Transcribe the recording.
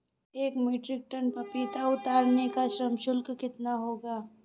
एक metric tonne पपीता उतारने का श्रम शुल्क कितना होगा?